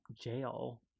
jail